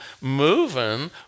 moving